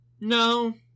No